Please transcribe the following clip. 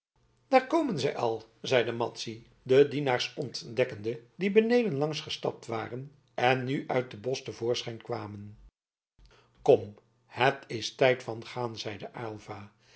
daar komen zij al zeide madzy de dienaars ontdekkende die beneden langs gestapt waren en nu uit het bosch te voorschijn kwamen kom het is tijd van gaan zeide aylva